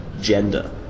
gender